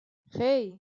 hey